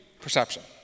perception